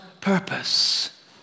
purpose